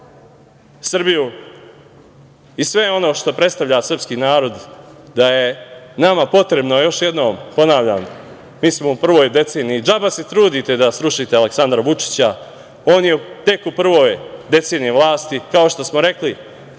Srbiju i sve ono što predstavlja srpski narod da je nama potrebno. Još jednom, ponavljam, mi smo u prvoj deceniji. Džaba se trudite da srušite Aleksandra Vučića, on je tek u prvoj deceniji vlasti. Kao što smo rekli